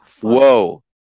Whoa